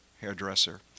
hairdresser